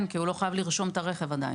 כן, כי הוא לא חייב לרשום את הרכב עדיין.